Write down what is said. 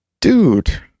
dude